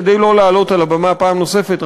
כדי לא לעלות על הבמה פעם נוספת,